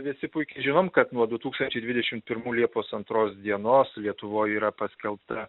visi puikiai žinom kad nuo du tūkstančiai dvidešim pirmų liepos antros dienos lietuvoj yra paskelbta